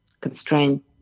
constraint